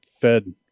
fed